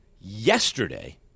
yesterday